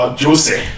juicy